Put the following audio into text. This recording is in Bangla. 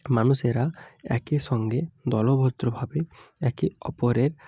মানুষেরা একই সঙ্গে দলবদ্ধভাবে একে অপরের